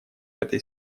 этой